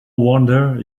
wonder